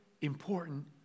important